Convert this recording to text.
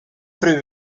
fru